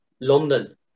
London